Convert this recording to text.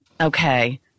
okay